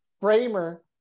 Framer